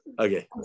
Okay